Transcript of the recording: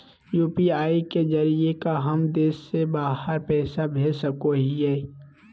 UPI के जरिए का हम देश से बाहर पैसा भेज सको हियय?